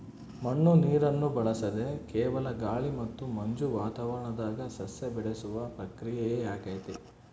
ಮಣ್ಣು ನೀರನ್ನು ಬಳಸದೆ ಕೇವಲ ಗಾಳಿ ಮತ್ತು ಮಂಜು ವಾತಾವರಣದಾಗ ಸಸ್ಯ ಬೆಳೆಸುವ ಪ್ರಕ್ರಿಯೆಯಾಗೆತೆ